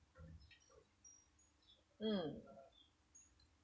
mm